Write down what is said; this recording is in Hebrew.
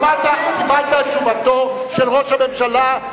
שמעת, קיבלת את תשובתו של ראש הממשלה.